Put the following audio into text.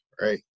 right